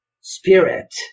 spirit